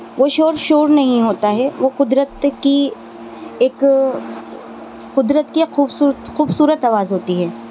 وہ شور شور نہیں ہوتا ہے وہ قدرت کی ایک قدرت کی ایک خوبصورت آواز ہوتی ہے